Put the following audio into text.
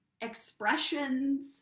expressions